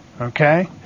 Okay